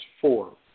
four